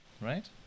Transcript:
right